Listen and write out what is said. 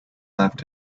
left